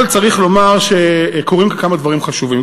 אבל צריך לומר שקורים כאן כמה דברים חשובים.